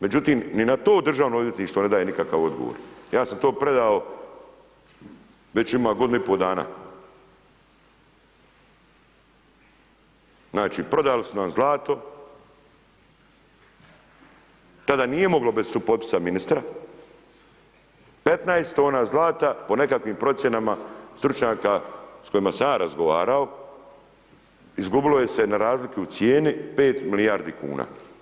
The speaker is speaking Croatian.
Međutim, ni na to Državno odvjetništvo ne daje nikakav odgovor, ja sam to predao već ima godinu i po dana, znači, prodali su nam zlato, tada nije moglo bez supotpisa ministra, 15 tona zlata po nekakvim procjenama stručnjaka s kojima sam ja razgovarao, izgubilo je se na razliki u cijeni 5 milijardi kuna.